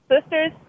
Sisters